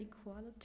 equality